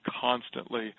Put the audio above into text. constantly